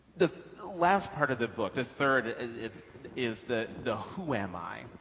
the last part of the book, the third it is the the who am i?